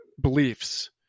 beliefs